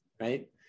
Right